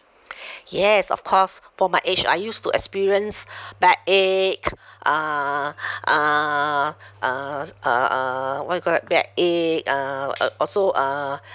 yes of course for my age I used to experience backache uh uh uh s~ uh uh what you call that backache uh uh also uh